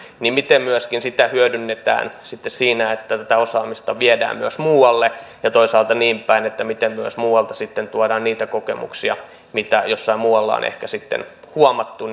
niin miten sitä hyödynnetään sitten myöskin siinä että tätä osaamista viedään myös muualle ja toisaalta miten muualta tuodaan sitten tänne niitä kokemuksia mitä jossain muualla on ehkä sitten huomattu